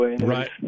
right